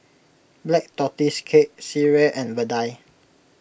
Black Tortoise Cake Sireh and Vadai